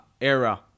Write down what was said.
era